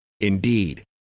Indeed